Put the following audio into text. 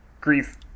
grief